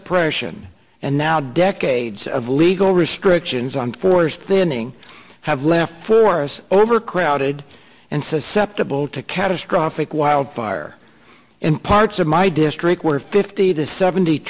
suppression and now decades of legal restrictions on forest thinning have left for us overcrowded and susceptible to catastrophic wildfire in parts of my district where fifty to seventy